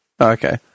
Okay